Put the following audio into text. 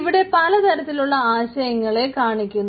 ഇവിടെ പല തരത്തിലുള്ള ആശയങ്ങളെ കാണിക്കുന്നു